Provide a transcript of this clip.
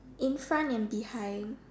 in front and behind